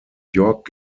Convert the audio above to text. york